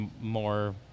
more